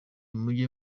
mujye